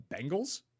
Bengals